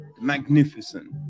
magnificent